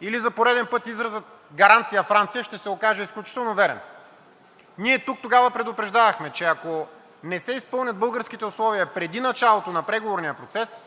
или за пореден път изразът гаранция Франция ще се окаже изключително верен. Ние тук тогава предупреждавахме, че ако не се изпълнят българските условия преди началото на преговорния процес,